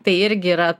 tai irgi yra